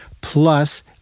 plus